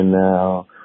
now